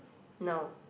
no